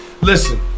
listen